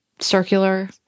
circular